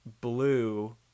blue